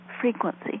frequency